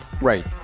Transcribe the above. right